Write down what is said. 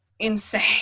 insane